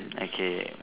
okay